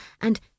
and